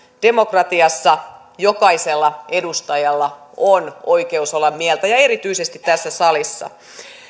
demokratiassa jokaisella edustajalla on oikeus olla mieltä ja erityisesti tässä salissa